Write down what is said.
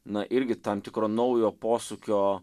nuo irgi tam tikro naujo posūkio